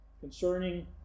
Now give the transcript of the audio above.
concerning